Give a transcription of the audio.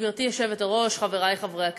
גברתי היושבת-ראש, חברי חברי הכנסת,